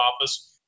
office